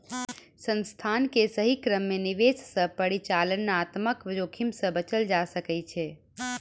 संस्थान के सही क्रम में निवेश सॅ परिचालनात्मक जोखिम से बचल जा सकै छै